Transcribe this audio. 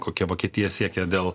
kokia vokietija siekia dėl